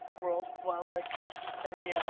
world wildlife and